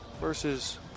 Versus